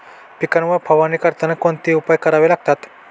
पिकांवर फवारणी करताना कोणते उपाय करावे लागतात?